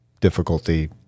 difficulty